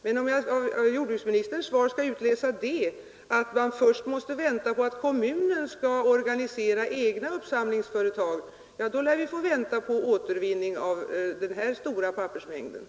Men om jag av jordbruksministerns svar skall utläsa att man först måste vänta på att kommunen skall organisera egna uppsamlingsföretag, då lär vi få vänta på utvinning av dessa stora pappersmängder.